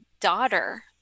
daughter